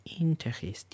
Interesting